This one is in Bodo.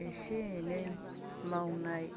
एसे एनै मावनाय